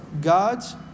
God's